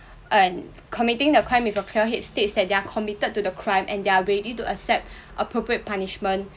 and committing the crime with a clear head states that they're committed to the crime and they're ready to accept appropriate punishment